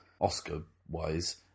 Oscar-wise